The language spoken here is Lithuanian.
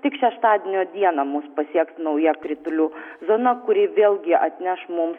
tik šeštadienio dieną mus pasieks nauja kritulių zona kuri vėlgi atneš mum